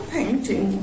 painting